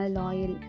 loyal